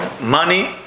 money